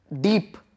deep